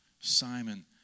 Simon